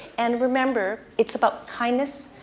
and remember, it's about kindness,